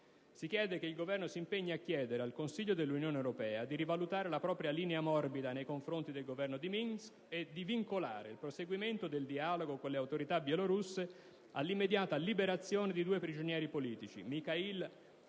si impegna il Governo a «chiedere al Consiglio dell'Unione europea di rivalutare la propria linea morbida nei confronti del Governo di Minsk e di vincolare il proseguimento del dialogo con le autorità bielorusse all'immediata liberazione dei due prigionieri politici Mikalay